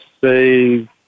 say